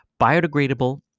biodegradable